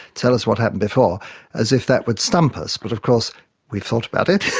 tell us what happened before as if that would stump us, but of course we've thought about it,